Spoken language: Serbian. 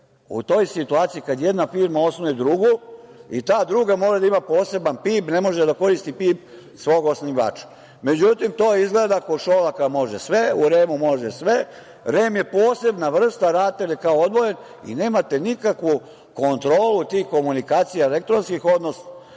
u toj situaciji kada jedna firma osnuje drugu i ta druga mora da ima poseban PIB, ne može da koristi PIB svog osnivača.Međutim, to izgleda kod Šolaka može sve, u REM-u može sve. REM je posebna vrsta, RATEL je kao odvojen, i nemate nikakvu kontrolu tih komunikacija elektronskih, odnosno